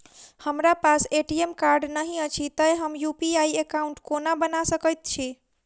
हमरा पास ATM card नहि अछि तए हम यु.पी.आई एकॉउन्ट कोना बना सकैत छी